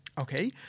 Okay